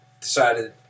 decided